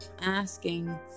asking